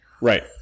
Right